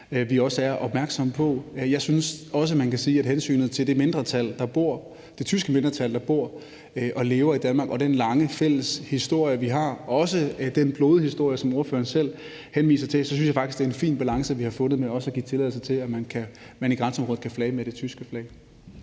faktisk også, man kan sige, at det med hensynet til det tyske mindretal, der bor og lever i Danmark, og den lange fælles historie, vi har – også den blodige historie, som ordføreren selv henviser til – er en fin balance, vi har fundet, ved også at give tilladelse til, at man i grænseområdet kan flage med det tyske flag.